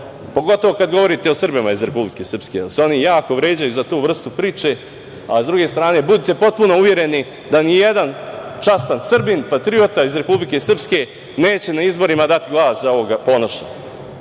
pogotovo kada govorite o Srbima iz Republike Srpske, jer se oni jako vređaju za tu vrstu priče, a s druge strane budite potpuno uvereni da nijedan častan Srbin, patriota iz Republike Srpske neće na izborima dati glas za Ponoša,